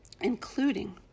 including